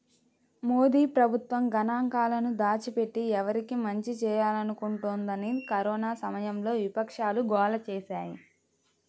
మోదీ ప్రభుత్వం గణాంకాలను దాచిపెట్టి, ఎవరికి మంచి చేయాలనుకుంటోందని కరోనా సమయంలో విపక్షాలు గోల చేశాయి